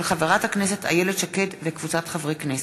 של חברת הכנסת איילת שקד וקבוצת חברי הכנסת.